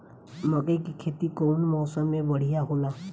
मकई के खेती कउन मौसम में बढ़िया होला?